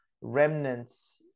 remnants